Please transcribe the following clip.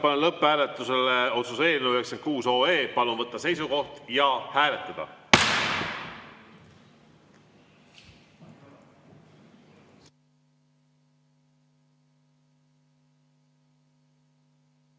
panen lõpphääletusele otsuse eelnõu 96. Palun võtta seisukoht ja hääletada!